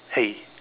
hey